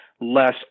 less